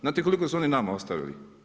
Znate koliko su oni nama ostavili?